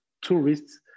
tourists